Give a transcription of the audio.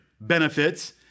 benefits